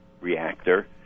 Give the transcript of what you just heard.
reactor